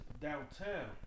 downtown